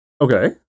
Okay